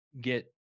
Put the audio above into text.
get